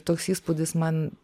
toks įspūdis man